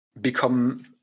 become